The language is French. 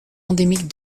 endémique